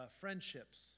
friendships